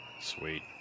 Sweet